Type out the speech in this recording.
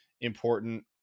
important